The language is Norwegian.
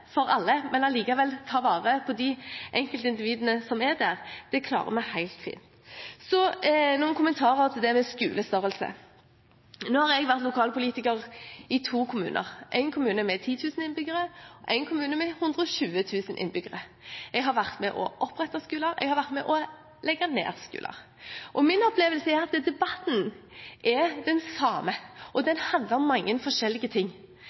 for alle, men allikevel kan ta vare på de enkeltindividene som er der. Det klarer vi helt fint. Noen kommentarer til det med skolestørrelse: Jeg har vært lokalpolitiker i to kommuner: én kommune med 10 000 innbyggere og én kommune med 120 000 innbyggere. Jeg har vært med på å opprette skoler, og jeg har vært med på å legge ned skoler. Min opplevelse er at debatten er den samme, og den handler om mange forskjellige ting.